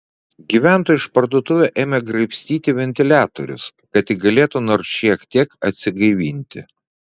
gyventojai iš parduotuvių ėmė graibstyti ventiliatorius kad tik galėtų nors šiek tiek atsigaivinti